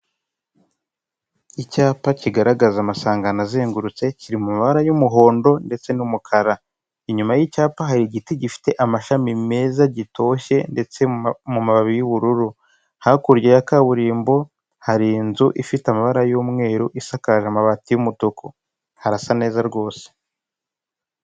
Icyapa kigaragaza amasangano azengurutse, kiri mu mabara y'umuhondo, ndetse n'umukara. Inyuma y'cyapa hari igiti gifite amashami meza gitoshye, ndetse mu mababi y'ubururu. Hakurya ya kaburimbo hari inzu ifite amabara y'umweru isakaje amabati y'umutuku. Harasa neza rwose.